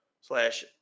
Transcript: slash